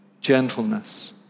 gentleness